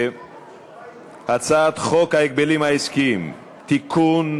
הצעת חוק ההגבלים העסקיים (תיקון,